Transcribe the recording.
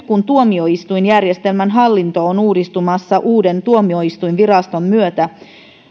kun vielä tuomioistuinjärjestelmän hallinto on uudistumassa uuden tuomioistuinviraston myötä